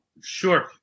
Sure